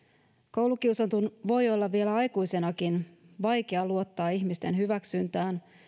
koulukiusatun voi olla vielä aikuisenakin vaikea luottaa ihmisten hyväksyntään